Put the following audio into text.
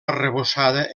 arrebossada